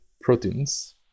proteins